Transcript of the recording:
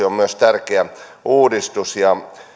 on tärkeä uudistus